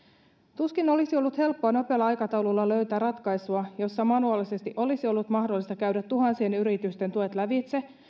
tuskin olisi ollut helppoa nopealla aikataululla löytää ratkaisua jossa manuaalisesti olisi ollut mahdollista käydä tuhansien yritysten tuet lävitse